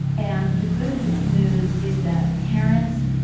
and the good news is that parents,